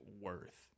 worth